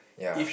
ya